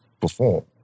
perform